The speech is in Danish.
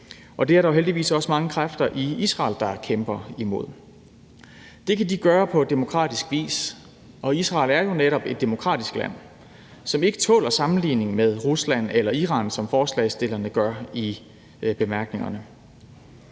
Det er der heldigvis også mange kræfter i Israel der kæmper imod. Det kan de gøre på demokratisk vis, og Israel er jo netop et demokratisk land, som ikke tåler sammenligning med Rusland eller Iran, som forslagsstillerne sammenligner med i bemærkningerne.